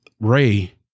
Ray